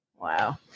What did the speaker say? Wow